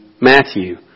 Matthew